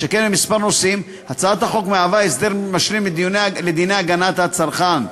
שכן בכמה נושאים הצעת החוק מהווה הסדר משלים לדיני הגנת הצרכן.